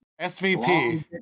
SVP